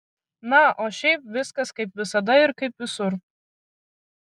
na o šiaip viskas kaip visada ir kaip visur